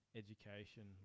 education